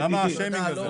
למה השיימינג הזה?